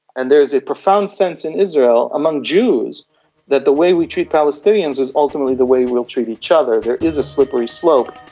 and there is a profound sense in israel among jews that the way we treat palestinians is ultimately the way we will treat each other, there is a slippery slope.